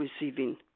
receiving